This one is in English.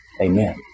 Amen